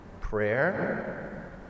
Prayer